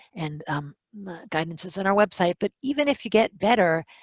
and um guidance is on our website. but even if you get better,